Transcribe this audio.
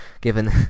given